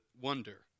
wonder